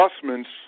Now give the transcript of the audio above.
adjustments